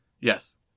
Yes